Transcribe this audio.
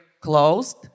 closed